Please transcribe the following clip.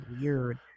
weird